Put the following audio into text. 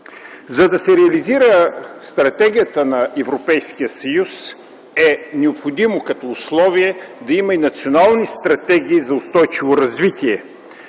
За да се реализира стратегията на Европейския съюз, е необходимо като условие да има и национални стратегии за устойчиво развитие.